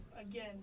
again